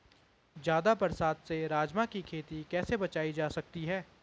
ज़्यादा बरसात से राजमा की खेती कैसी बचायी जा सकती है?